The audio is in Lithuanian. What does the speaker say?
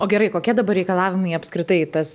o gerai kokie dabar reikalavimai apskritai tas